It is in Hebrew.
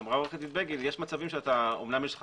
אמרה עו"ד בגין שיש מצבים שאמנם יש לך